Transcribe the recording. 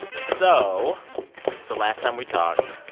so the last time we talked,